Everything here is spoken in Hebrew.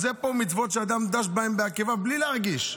אז פה זה מצוות שאדם דש בעקביו, בלי להרגיש.